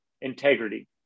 integrity